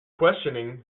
questioning